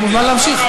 אתה מוזמן להמשיך.